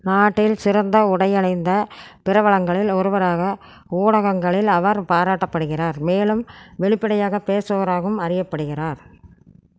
நாட்டில் சிறந்த உடை அணிந்த பிரபலங்களில் ஒருவராக ஊடகங்களில் அவர் பாராட்டப்படுகிறார் மேலும் வெளிப்படையாக பேசுபவராகவும் அறியப்படுகிறார்